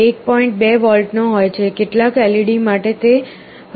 2 volt નો હોય છે કેટલાક LED માટે તે હજી વધુ હોઈ શકે છે